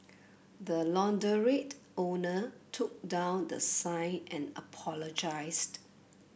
the launderette owner took down the sign and apologised